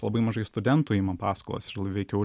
labai mažai studentų ima paskolas veikiau